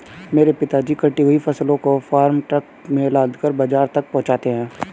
मेरे पिताजी कटी हुई फसलों को फार्म ट्रक में लादकर बाजार तक पहुंचाते हैं